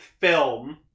film